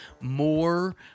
more